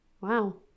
wow